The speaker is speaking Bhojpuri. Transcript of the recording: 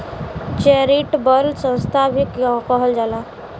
चेरिटबल संस्था भी कहल जाला